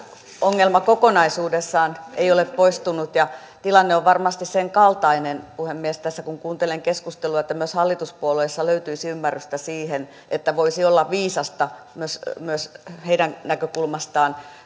ongelma kokonaisuudessaan ole poistunut ja tilanne on varmasti sen kaltainen puhemies tässä kun kuuntelen keskustelua että myös hallituspuolueissa löytyisi ymmärrystä siihen että voisi olla viisasta myös heidän näkökulmastaan